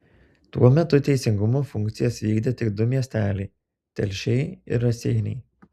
tuo metu teisingumo funkcijas vykdė tik du miesteliai telšiai ir raseiniai